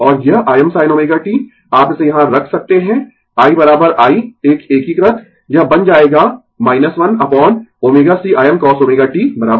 और यह Imsin ω t आप इसे यहाँ रख सकते है i i एक एकीकृत यह बन जाएगा 1 upon ω c Imcosω t v